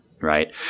right